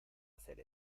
hacer